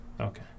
Okay